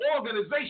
organization